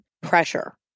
pressure